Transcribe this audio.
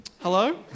Hello